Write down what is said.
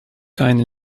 kind